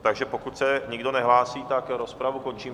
Takže pokud se nikdo nehlásí, rozpravu končím.